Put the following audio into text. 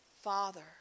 Father